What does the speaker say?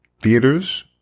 theaters